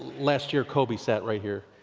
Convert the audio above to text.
last year kobe sat right here,